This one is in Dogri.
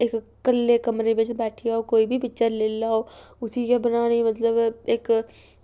इक कल्लै कमरै बिच बैठियै कोई बी पिक्चर लेई लैओ उसी बनाने गी मतलब इक